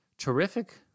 Terrific